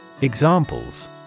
Examples